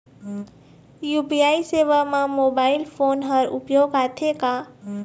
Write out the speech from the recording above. UPI सेवा म mobile phone हर उपयोग आथे का?